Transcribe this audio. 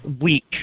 weak